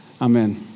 amen